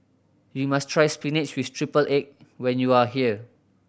you must try spinach with triple egg when you are here